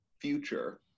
future